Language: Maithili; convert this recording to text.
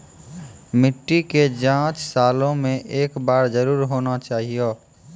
मिट्टी के जाँच सालों मे एक बार जरूर होना चाहियो?